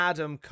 Adam